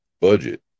budget